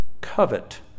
covet